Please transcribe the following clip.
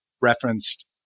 referenced